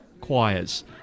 choirs